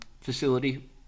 facility